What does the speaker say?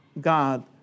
God